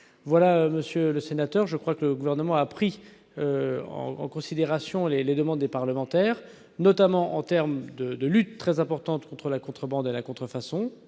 somme, monsieur le sénateur, je crois que le Gouvernement a pris en considération les demandes des parlementaires, notamment en ce qui concerne la lutte, très importante, contre la contrebande et la contrefaçon.